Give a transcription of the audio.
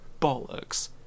bollocks